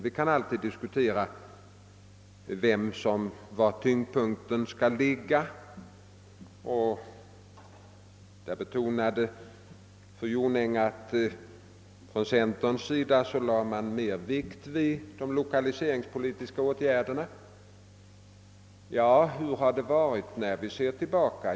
Sedan kan vi alltid diskutera var tyngdpunkten skall ligga, och där betonade ju fru Jonäng att man 1 centerpartiet lade stor vikt vid de 1okaliseringspolitiska åtgärderna. Men hur har det varit tidigare?